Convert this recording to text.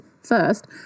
First